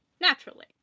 Naturally